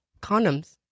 Condoms